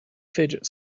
fidget